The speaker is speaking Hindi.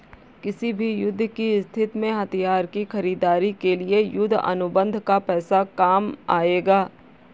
किसी भी युद्ध की स्थिति में हथियार की खरीदारी के लिए युद्ध अनुबंध का पैसा काम आएगा